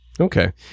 Okay